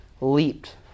leaped